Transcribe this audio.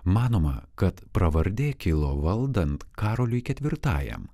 manoma kad pravardė kilo valdant karoliui ketvirtajam